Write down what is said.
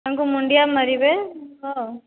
ତାଙ୍କୁ ମୁଣ୍ଡିଆ ମାରିବେ ହଁ